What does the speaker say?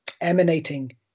emanating